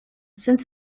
since